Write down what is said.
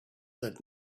that